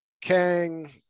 kang